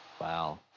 Wow